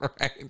right